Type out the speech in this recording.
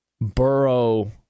Burrow